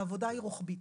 העבודה היא רוחבית,